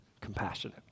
compassionate